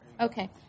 Okay